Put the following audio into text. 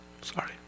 sorry